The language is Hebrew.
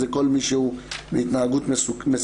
זה כל מי שהוא בהתנהגויות מסכנות,